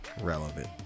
relevant